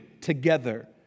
together